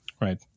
Right